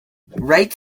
right